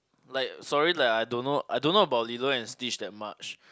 like sorry that I don't know I don't know about Lilo and Stitch that much